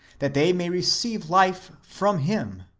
that they may receive life from him.